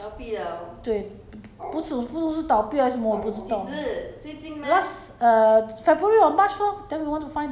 找不到我们就奇怪为什么不到 I_M_M 的 Jem 这样大 meh s~ 对不清楚不知道是倒闭还是什么我不知道